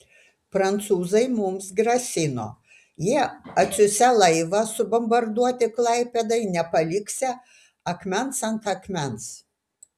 prancūzai mums grasino jie atsiųsią laivą subombarduoti klaipėdai nepaliksią akmens ant akmens